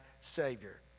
Savior